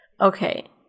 Okay